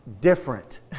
different